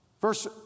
Verse